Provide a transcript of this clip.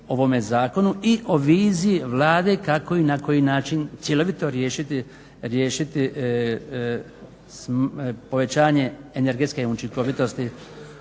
i o viziji Vlade kako i na koji način cjelovito riješiti povećanje energetske učinkovitosti